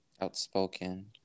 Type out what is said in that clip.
Outspoken